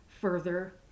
further